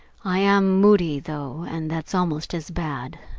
i am moody, though, and that's almost as bad.